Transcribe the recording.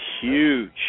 Huge